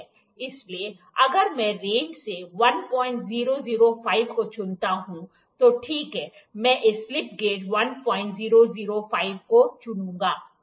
इसलिए अगर मैं रेंज से 1005 को चुनता हूं तो ठीक है मैं इस स्लिप गेज 1005 को चुनूंगा